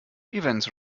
events